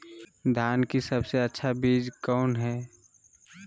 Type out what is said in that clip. धान की सबसे अच्छा बीज कौन है?